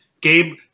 Gabe